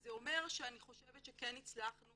וזה אומר שאני חושבת שכן הצלחנו